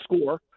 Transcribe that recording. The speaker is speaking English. score